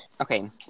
Okay